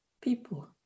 people